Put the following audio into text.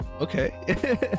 okay